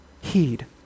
heed